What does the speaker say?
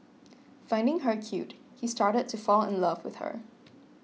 finding her cute he started to fall in love with her